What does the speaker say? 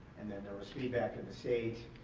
and then there was feedback in the state,